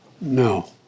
no